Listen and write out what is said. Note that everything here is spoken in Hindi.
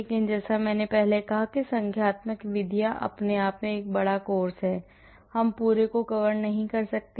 लेकिन जैसा कि मैंने कहा कि संख्यात्मक विधियां अपने आप में एक बड़ा कोर्स है हम पूरे को कवर नहीं कर सकते